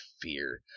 fear